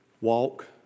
walk